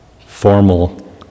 formal